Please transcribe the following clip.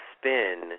spin